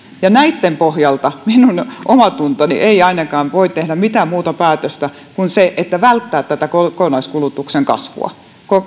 näitten pohjalta ainakaan minun omantuntoni mukaan ei voi tehdä mitään muuta päätöstä kuin sen että välttää tätä kokonaiskulutuksen kasvua